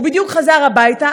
הוא בדיוק חזר הביתה.